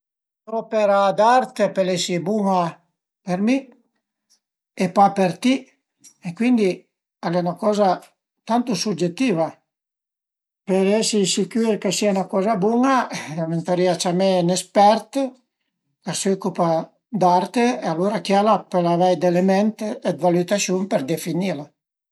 Ün opera d'arte a pöl esi bun-a për mi e pa për ti e cuindi al e 'na coza molto sugetiva, për esi sicür ch'a sia 'na coza bun-a vëntarìa ciamé ün espert ch'a s'occüpa d'arte e alura chiel a pöl avei d'element dë valütasiun per definilu